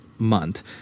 Month